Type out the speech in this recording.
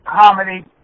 comedy